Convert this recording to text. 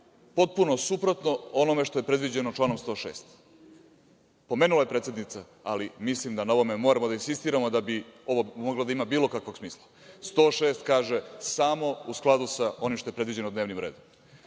potpuno suprotno onome što je predviđeno članom 106.Pomenuo je predsednice, ali mislim da na ovome moramo da insistiramo da bi ovo moglo da ima bilo kakvog smisla. Član 106. kaže – samo u skladu sa onim što je predviđeno dnevnim redom. Pre